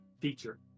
feature